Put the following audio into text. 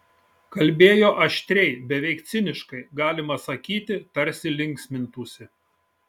kalbėjo aštriai beveik ciniškai galima sakyti tarsi linksmintųsi